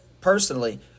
personally